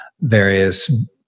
various